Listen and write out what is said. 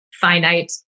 finite